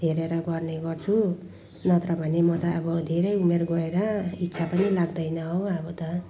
हेरेर गर्ने गर्छु नत्र भने म त अब धेरै उमेर गएर इच्छा पनि लाग्दैन हो अब त